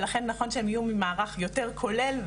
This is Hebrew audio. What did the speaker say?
ולכן נכון שהם יהיו ממערך יותר כולל,